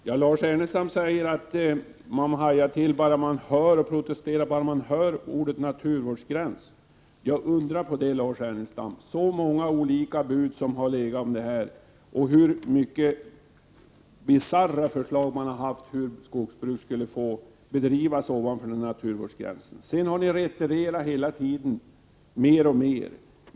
Herr talman! Lars Ernestam säger att man hajar till och protesterar bara man hör ordet naturvårdsgräns. Ja, undra på det, Lars Ernestam, så många olika bud som har legat när det gäller detta och så bisarra förslag som man har haft om hur skogsbruk skulle få bedrivas ovanför naturvårdsgränsen. Sedan har ni hela tiden retirerat mer och mer.